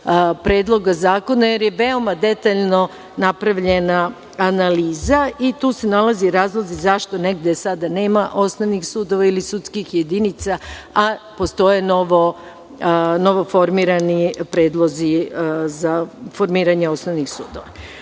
Predloga zakona, jer je veoma detaljno napravljena analiza. Tu se nalaze razlozi zašto negde sada nema osnovnih sudova, ili sudskih jedinica, a postoje novoformirani predlozi za formiranje osnovnih